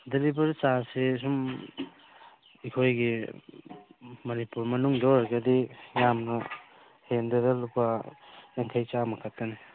deliver ꯆꯥꯔꯖꯁꯦ ꯁꯨꯝ ꯑꯩꯈꯣꯏꯒꯤ ꯃꯅꯤꯄꯨꯔ ꯃꯅꯨꯡꯗ ꯑꯣꯏꯔꯒꯗꯤ ꯌꯥꯝꯅ ꯍꯦꯟꯗꯦꯗ ꯂꯨꯄꯥ ꯌꯥꯡꯈꯩ ꯆꯥꯃ ꯈꯛꯇꯅꯤ